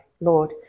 Lord